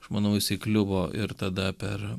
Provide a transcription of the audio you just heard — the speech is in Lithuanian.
aš manau jisai kliuvo ir tada per